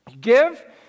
give